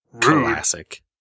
Classic